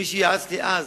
מי שיעץ לי אז